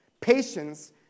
patience